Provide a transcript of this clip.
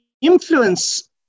influence